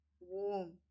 warm